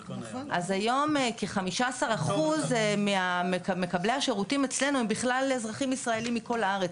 היום כ-15% ממקבלי השירותים אצלנו הם בכלל אזרחים ישראלים מכל הארץ.